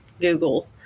google